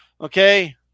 okay